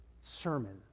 sermon